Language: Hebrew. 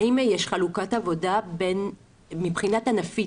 האם יש חלוקת עבודה מבחינה ענפית,